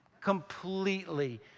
Completely